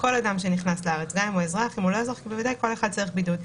כל אחד שנכנס לארץ אזרח או לא - צריך בידוד.